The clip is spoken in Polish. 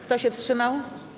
Kto się wstrzymał?